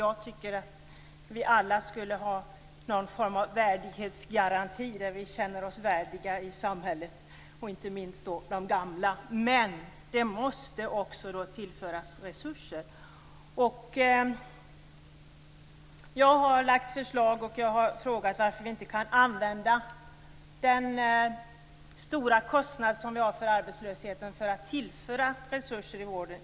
Jag tycker att vi alla skulle ha någon form av värdighetsgaranti där vi känner oss värdiga i samhället, inte minst de gamla. Men det måste också tillföras resurser. Jag har lagt förslag, och jag har frågat varför vi inte kan använda den stora kostnad som vi har för arbetslösheten till att tillföra resurser i vården.